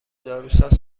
داروساز